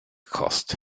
kost